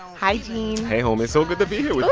hi, gene hey, homie. so good to be here with